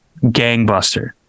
gangbuster